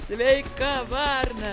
sveika varna